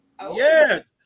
Yes